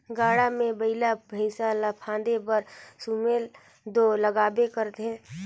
गाड़ा मे बइला भइसा ल फादे बर सुमेला दो लागबे करही